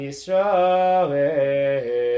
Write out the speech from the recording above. Isra'el